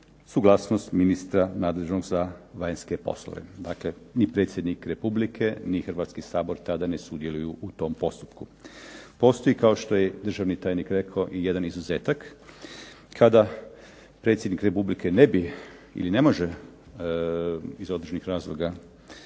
suglasnost ministra nadležnog za vanjske poslove, dakle ni predsjednik Republike, ni Hrvatski sabor tada ne sudjeluju u tom postupku. Postoji kao što je državni tajnik rekao i jedan izuzetak, kada predsjednik Republike ne bi ili ne može iz određenih razloga